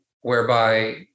whereby